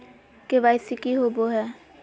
KYC की हॉबे हय?